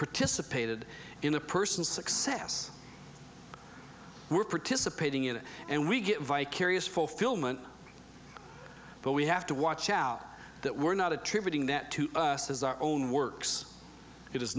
participated in a person's success we're participating in it and we get vicarious fulfillment but we have to watch out that we're not attributing that to us as our own works it is